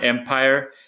Empire